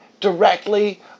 directly